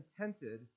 contented